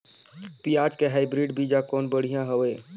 पियाज के हाईब्रिड बीजा कौन बढ़िया हवय?